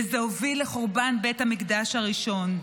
וזה הוביל לחורבן בית המקדש הראשון.